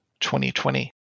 2020